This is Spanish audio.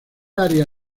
área